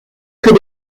que